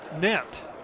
net